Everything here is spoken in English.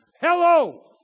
Hello